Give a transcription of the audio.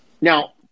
Now –